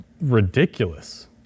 ridiculous